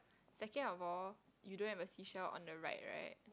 second of all you don't have a seashell on the right right